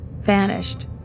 vanished